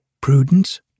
Prudence